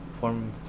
Form